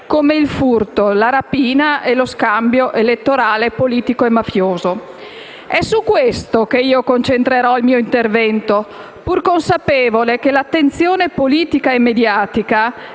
come il furto, la rapina e lo scambio elettorale politico-mafioso. È su questo che concentrerò il mio intervento, pur consapevole che l'attenzione politica e mediatica